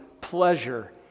pleasure